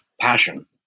passion